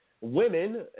Women